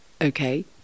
okay